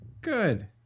Good